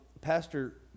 Pastor